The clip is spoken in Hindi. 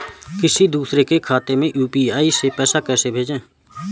किसी दूसरे के खाते में यू.पी.आई से पैसा कैसे भेजें?